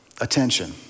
attention